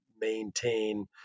maintain